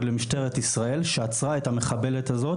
המשטרה שחררה את שלושת העצורים,